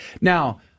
Now